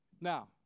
Now